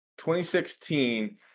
2016